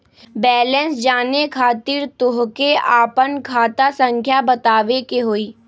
Balance जाने खातिर तोह के आपन खाता संख्या बतावे के होइ?